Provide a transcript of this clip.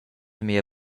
mia